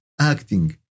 acting